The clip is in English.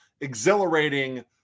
exhilarating